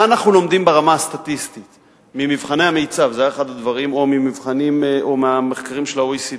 מה אנחנו לומדים ברמה הסטטיסטית ממבחני המיצ"ב או מהמחקרים של ה-OECD?